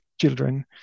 children